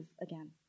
again